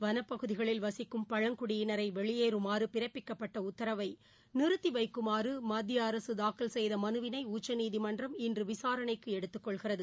வனப்பகுதிகளில் வசிக்கும் நாடுமுவதும் பழங்குடியினரைவெளியேற்றுமாறுபிறப்பிக்கப்பட்டஉத்தரவைநிறுத்திவைக்குமாறுமத்தியஅரசுதாக்கல் செய்தமனுவினைஉச்சநீதிமன்றம் இன்றுவிசாரணைக்குஎடுத்துக் கொள்கிறது